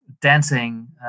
dancing